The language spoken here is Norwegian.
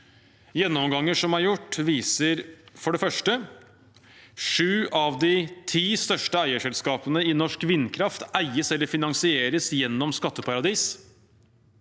Gjennomganger som er gjort, viser for det første at sju av de ti største eierselskapene i norsk vindkraft eies eller finansieres gjennom skatteparadiser.